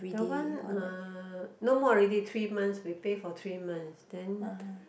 the one uh no more already three months we pay for three months then